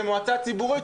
למועצה ציבורית,